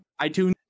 iTunes